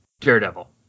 Daredevil